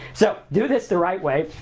so, do this the right way.